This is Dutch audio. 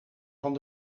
van